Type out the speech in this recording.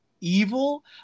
evil